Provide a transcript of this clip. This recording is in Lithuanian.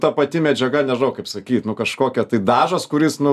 ta pati medžiaga nežinau kaip sakyt nu kažkokia tai dažas kuris nu